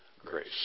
grace